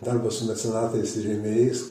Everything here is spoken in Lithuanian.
darbas su mecenatais ir rėmėjais